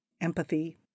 empathy